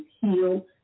heal